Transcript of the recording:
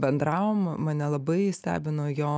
bendravom mane labai stebino jo